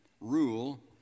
rule